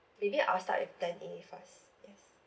maybe I will start with plan A first yes